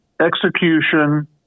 execution